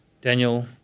Daniel